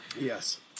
Yes